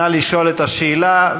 נא לשאול את השאלה.